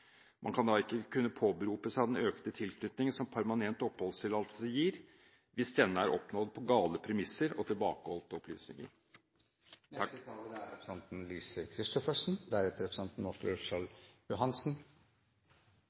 man søkte midlertidig oppholdstillatelse. Man skal da ikke kunne påberope seg den økte tilknytning som permanent oppholdstillatelse gir, hvis denne er oppnådd på gale premisser og tilbakeholdte opplysninger.